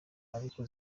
ariko